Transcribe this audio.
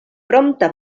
prompte